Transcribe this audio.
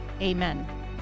Amen